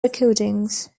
recordings